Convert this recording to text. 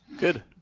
good.